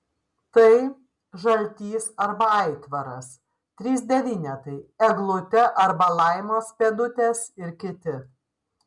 tai žaltys arba aitvaras trys devynetai eglutė arba laimos pėdutės ir kiti